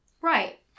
Right